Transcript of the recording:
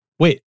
wait